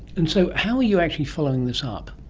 and so how are you actually following this up?